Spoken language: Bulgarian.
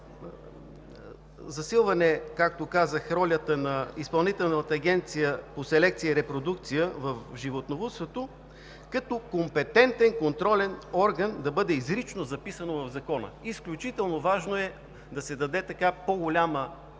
засилването на ролята на Изпълнителната агенция по селекция и репродукция в животновъдството като компетентен контролен орган да бъде изрично записано в закона. Изключително важно е да се даде по-голяма